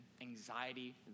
anxiety